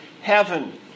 heaven